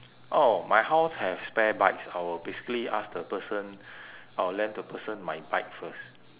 oh my house have spare bikes I will basically ask the person I will lend the person my bike first